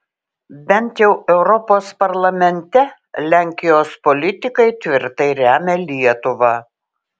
bent jau europos parlamente lenkijos politikai tvirtai remia lietuvą